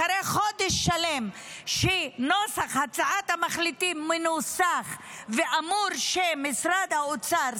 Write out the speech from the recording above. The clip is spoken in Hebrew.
אחרי חודש שלם שהצעת המחליטים מנוסחת ומשרד האוצר,